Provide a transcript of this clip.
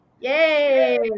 yay